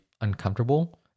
uncomfortable